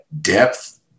depth